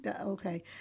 okay